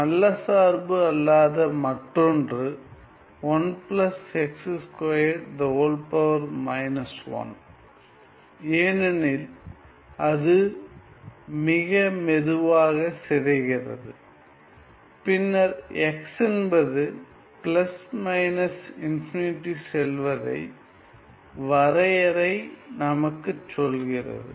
நல்ல சார்பு அல்லாத மற்றொன்று 1x2 1 ஏனெனில் அது மிக மெதுவாக சிதைகிறது பின்னர் x என்பது −∞ செல்வதை வரையறை நமக்குச் சொல்கிறது